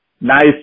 nice